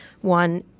One